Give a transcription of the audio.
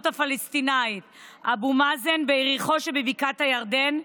הפלסטינית אבו מאזן ביריחו שבבקעת הירדן,